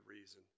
reason